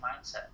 mindset